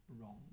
wrong